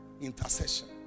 intercession